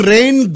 Rain